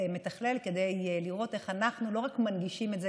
מתכלל כדי לראות איך אנחנו לא רק מנגישים את זה,